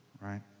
right